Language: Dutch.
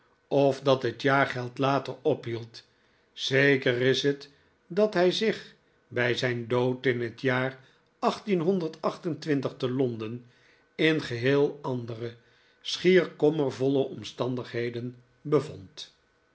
of dat het jaargeld later ophield zeker is het dat hij zich bij zijn dood in het jaar te l on den in geheel andere schier kommervolle omstandighedon bevond